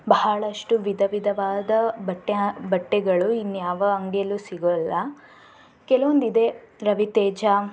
ಬಹಳಷ್ಟು ವಿಧ ವಿಧವಾದ ಬಟ್ಟೆ ಬಟ್ಟೆಗಳು ಇನ್ನು ಯಾವ ಅಂಗಡಿಯಲ್ಲೂ ಸಿಗೊಲ್ಲ ಕೆಲವೊಂದು ಇದೆ ರವಿತೇಜ